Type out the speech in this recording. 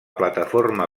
plataforma